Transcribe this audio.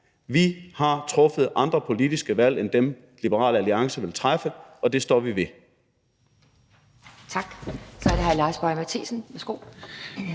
Vi har truffet andre politiske valg end dem, Liberal Alliance vil træffe, og det står vi ved.